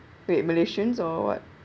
wait malaysians or what